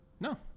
No